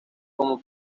como